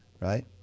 right